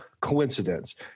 coincidence